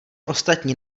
ostatní